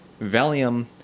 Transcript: valium